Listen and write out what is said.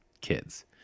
kids